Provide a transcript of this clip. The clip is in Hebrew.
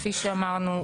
כפי שאמרנו.